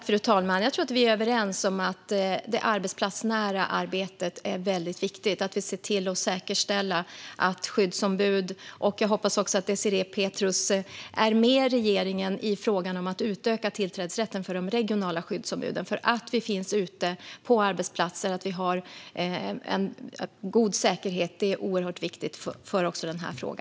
Fru talman! Jag tror att vi är överens om att det arbetsplatsnära arbetet är väldigt viktigt. Vi måste se till att säkerställa en utökad tillträdesrätt för de regionala skyddsombuden. Jag hoppas att också Désirée Pethrus är med regeringen i denna fråga. Att man finns ute på arbetsplatser och ser till att det finns en god säkerhet är oerhört viktigt även i denna fråga.